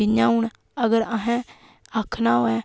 जि'यां हून अगर अहें आक्खना होऐ